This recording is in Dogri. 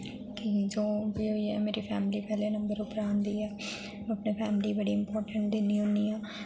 कि जो बी ओइया मेरी फैमिली पैह्ले नम्बर उप्पर आंदी ऐ में अपनी फैमिली दी बड़ी इंपार्टेंट दिन्नी होन्नी आं ते